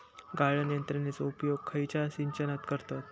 गाळण यंत्रनेचो उपयोग खयच्या सिंचनात करतत?